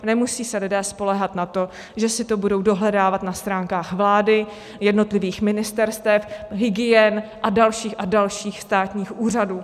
Nemusejí se lidé spoléhat na to, že si to budou dohledávat na stránkách vlády, jednotlivých ministerstev, hygien a dalších a dalších státních úřadů.